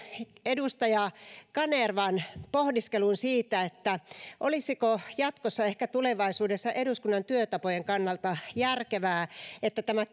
edustaja kanervan pohdiskeluun siitä olisiko ehkä jatkossa tulevaisuudessa eduskunnan työtapojen kannalta järkevää että tämä